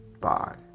bye